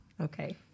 Okay